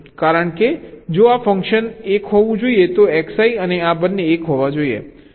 કારણ કે જો આ ફંક્શન 1 હોવું જોઈએ તો Xi અને આ બંને 1 હોવા જોઈએ